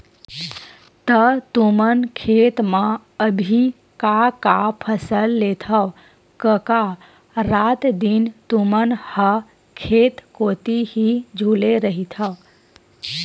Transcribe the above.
त तुमन खेत म अभी का का फसल लेथव कका रात दिन तुमन ह खेत कोती ही झुले रहिथव?